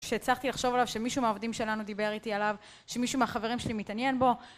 שהצלחתי לחשוב עליו, שמישהו מהעובדים שלנו דיבר איתי עליו, שמישהו מהחברים שלי מתעניין בו